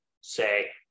say